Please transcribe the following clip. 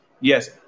yes